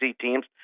teams